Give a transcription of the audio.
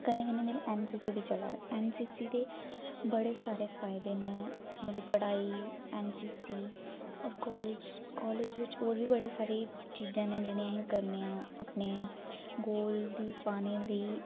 कन्नै कन्नै मेरी एन सी सी बी चला एन सी सी दे बड़े सारे फायदे न मेरी पढ़ाई एन सी सी होर कॉलेज़ कॉलेज़ बिच होर बी बड़े सारे चीज़ां न जि'नें ई अस करने आं अपने गोल दी पाने लेई